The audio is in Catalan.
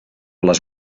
les